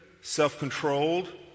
self-controlled